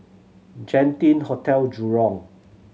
Genting Hotel Jurong